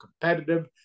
competitive